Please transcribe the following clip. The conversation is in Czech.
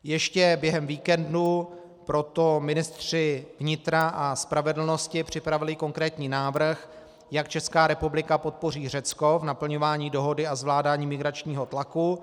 Ještě během víkendu proto ministři vnitra a spravedlnosti připravili konkrétní návrh, jak Česká republika podpoří Řecko v naplňování dohody a zvládání migračního tlaku.